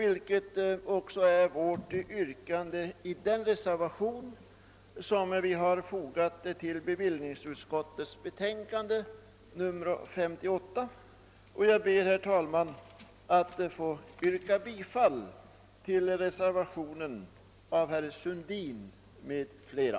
Yrkande därom framställs också i den reservation som vi har fogat till bevillningsutskottets betänkande nr 58, och jag ber att få yrka bifall till reservationen, av herr Sundin m.fl.